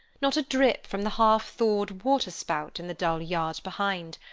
not a drip from the half-thawed water-spout in the dull yard behind,